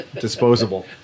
Disposable